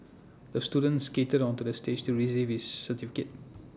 the student skated onto the stage to receive his certificate